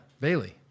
Bailey